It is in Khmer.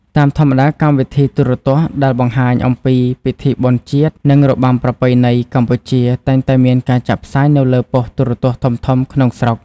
តាមធម្មតា កម្មវិធីទូរទស្សន៍ដែលបង្ហាញអំពីពិធីបុណ្យជាតិ និងរបាំប្រពៃណីកម្ពុជា តែងតែមានការចាក់ផ្សាយនៅលើប៉ុស្តិ៍ទូរទស្សន៍ធំៗក្នុងស្រុក។